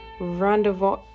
rendezvous